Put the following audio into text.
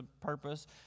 purpose